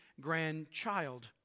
grandchild